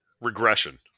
Regression